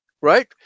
right